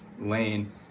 lane